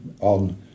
on